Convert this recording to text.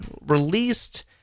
released